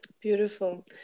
Beautiful